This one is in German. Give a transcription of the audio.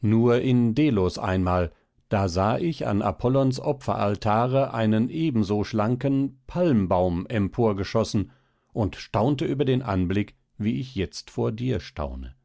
nur in delos einmal da sah ich an apollons opferaltare einen eben so schlanken palmbaum emporgeschossen und staunte über den anblick wie ich jetzt vor dir staune